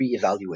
reevaluate